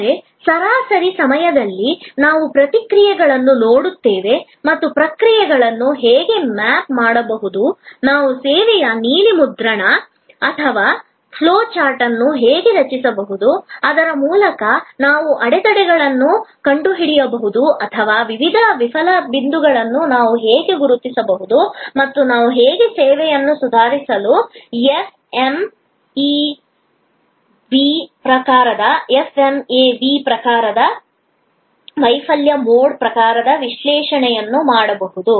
ಆದರೆ ಸರಾಸರಿ ಸಮಯದಲ್ಲಿ ನಾವು ಪ್ರಕ್ರಿಯೆಗಳನ್ನು ನೋಡಿದ್ದೇವೆ ಮತ್ತು ಪ್ರಕ್ರಿಯೆಗಳನ್ನು ಹೇಗೆ ಮ್ಯಾಪ್ ಮಾಡಬಹುದು ನಾವು ಸೇವೆಯ ನೀಲಿ ಮುದ್ರಣ ಅಥವಾ ಫ್ಲೋ ಚಾರ್ಟ್ ಅನ್ನು ಹೇಗೆ ರಚಿಸಬಹುದು ಅದರ ಮೂಲಕ ನಾವು ಅಡೆತಡೆಗಳನ್ನು ಕಂಡುಹಿಡಿಯಬಹುದು ಅಥವಾ ವಿವಿಧ ವಿಫಲ ಬಿಂದುಗಳನ್ನು ನಾವು ಹೇಗೆ ಗುರುತಿಸಬಹುದು ಮತ್ತು ನಾವು ಹೇಗೆ ಸೇವೆಯನ್ನು ಸುಧಾರಿಸಲು ಎಫ್ಎಂಇಎ ಪ್ರಕಾರದ ವೈಫಲ್ಯ ಮೋಡ್ ಪ್ರಕಾರದ ವಿಶ್ಲೇಷಣೆಯನ್ನು ಮಾಡಬಹುದು